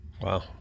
Wow